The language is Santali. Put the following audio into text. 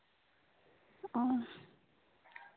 ᱚ